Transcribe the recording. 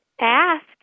ask